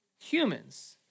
humans